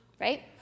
Right